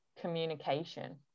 communication